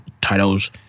titles